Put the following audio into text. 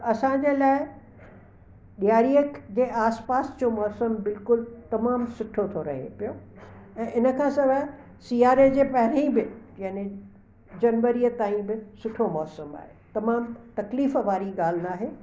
असांजे लाइ ॾियारी जे आस पास जो मौसम बिल्कुलु तमामु सुठो थो रहे पियो ऐं इनखां सवाइ सियारे जे पहिरीं बि यानि जनवरीअ ताईं बि सुठो मौसम आहे तमामु तकलीफ़ वारी ॻाल्हि नाहे